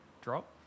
drop